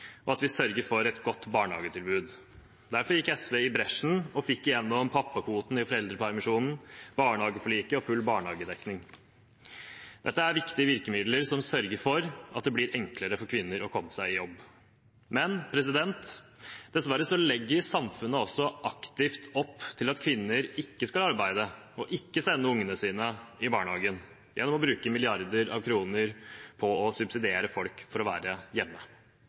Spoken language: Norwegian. og at vi sørger for et godt barnehagetilbud. Derfor gikk SV i bresjen og fikk gjennom pappakvoten i foreldrepermisjonen, barnehageforliket og full barnehagedekning. Dette er viktige virkemidler som sørger for at det blir enklere for kvinner å komme seg i jobb. Men dessverre legger samfunnet også aktivt opp til at kvinner ikke skal arbeide og ikke sende ungene sine i barnehagen, gjennom å bruke milliarder av kroner på å subsidiere folk for å være hjemme.